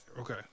Okay